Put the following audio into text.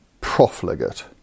profligate